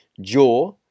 jaw